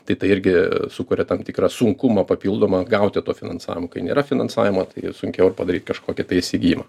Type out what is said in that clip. tai tai irgi sukuria tam tikrą sunkumą papildomą gauti to finansavimo kai nėra finansavimo tai sunkiau ir padaryt kažkokį tai įsigijimą